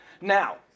Now